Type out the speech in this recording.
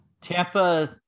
Tampa